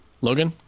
Logan